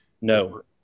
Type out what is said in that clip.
No